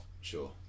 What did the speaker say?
sure